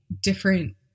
different